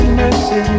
mercy